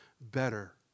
better